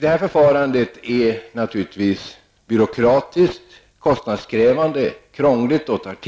Detta förfarande är naturligtvis byråkratiskt, kostnadskrävande och krångligt. Dessutom är det